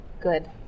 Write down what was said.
good